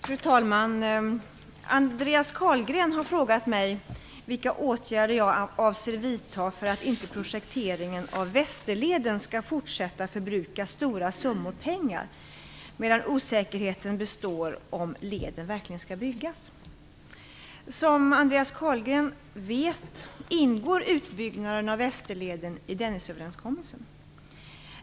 Fru talman! Andreas Carlgren har frågat mig vilka åtgärder jag avser vidta för att inte projekteringen av Västerleden skall fortsätta förbruka stora summor pengar medan osäkerheten består om leden verkligen skall byggas. Som Andreas Carlgren vet ingår utbyggnaden av Västerleden i Dennisöverenskommelsen.